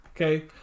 Okay